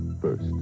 First